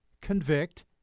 convict